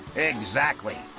exactly.